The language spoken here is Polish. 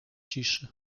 ciszy